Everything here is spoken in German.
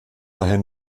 daher